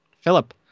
Philip